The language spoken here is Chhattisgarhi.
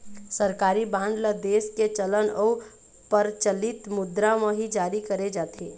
सरकारी बांड ल देश के चलन अउ परचलित मुद्रा म ही जारी करे जाथे